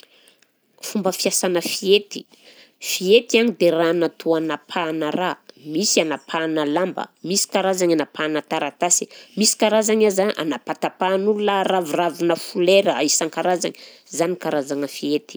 Fomba fiasana fihety, fihety a dia raha natao hanapahana raha, misy anapahana lamba, misy karazany anapahana taratasy, misy karazany aza anapatapahan'olona raviravinà folera isan-karazany, zany ny karazagna fihety.